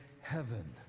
heaven